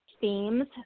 themes